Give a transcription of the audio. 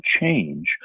change